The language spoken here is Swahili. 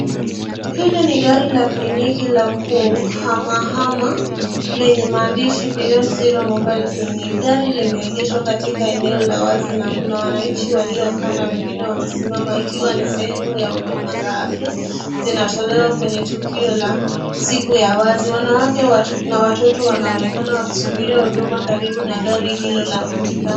Hili ni gari la kliniki la kuhama hama lenye maandishi beyond zero mobile clinic. Gari limeegeshwa katika eneo la wazi na kuna wananchi waliokaa na wengine wamesimama ikiwa ni sehemu ya huduma za afya zinatolewa kwenye tukio siku la wazi. Wanawake na watoto wanaonekana wakisubiria huduma karibu na gari hilo la matibabu.